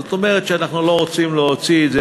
זאת אומרת שאנחנו לא רוצים להוציא את זה,